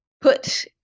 put